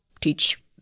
teach